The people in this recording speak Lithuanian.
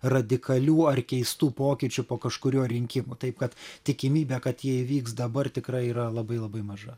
radikalių ar keistų pokyčių po kažkurių rinkimų taip kad tikimybė kad jie įvyks dabar tikrai yra labai labai maža